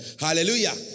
Hallelujah